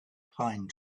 pine